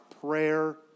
prayer